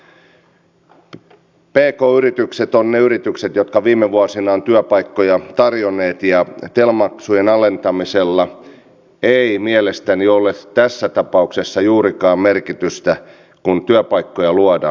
pk yritykset ovat ne yritykset jotka viime vuosina ovat työpaikkoja tarjonneet ja tel maksujen alentamisella ei mielestäni ole tässä tapauksessa juurikaan merkitystä kun työpaikkoja luodaan